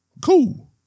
Cool